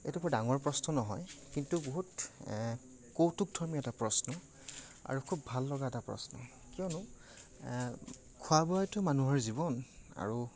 এইটো বৰ ডাঙৰ প্ৰশ্ন নহয় কিন্তু বহুত কৌতুকধৰ্মী এটা প্ৰশ্ন আৰু খুব ভাল লগা এটা প্ৰশ্ন কিয়নো খোৱা বোৱাইতো মানুহৰ জীৱন আৰু